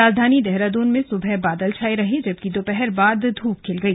राजधानी देहरादून में सुबह बादल छाये रहे जबकि दोपहर बाद धूप खिल गई